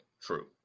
True